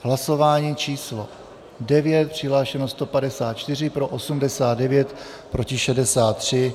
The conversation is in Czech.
Hlasování číslo 9, přihlášeno je 154, pro 89, proti 63.